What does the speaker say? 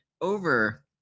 Over